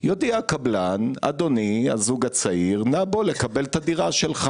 יודיע הקבלן: אדוני, אנא בוא לקבל את הדירה שלך.